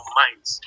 minds